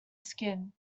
skin